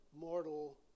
mortal